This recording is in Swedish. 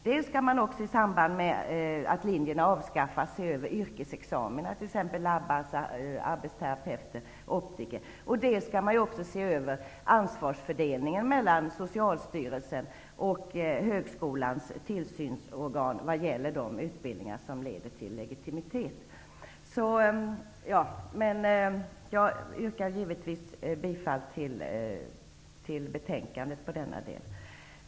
Dels skall man i samband med att linjerna avskaffas se över yrkesexamina, t.ex. för laboratorieassistenter, arbetsterapeuter och optiker, dels skall man se över ansvarsfördelningen mellan Socialstyrelsen och högskolans tillsynsorgan när det gäller de utbildningar som leder till legitimitet. Jag yrkar givetvis bifall till utskottets hemställan i betänkandet i denna del.